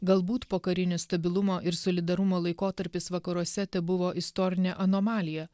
galbūt pokarinis stabilumo ir solidarumo laikotarpis vakaruose tebuvo istorinė anomalija